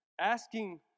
Asking